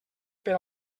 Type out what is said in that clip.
per